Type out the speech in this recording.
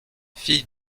fille